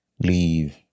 leave